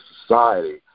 society